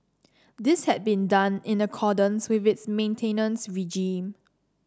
this had been done in accordance with its maintenance regime